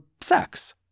sex